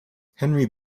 henry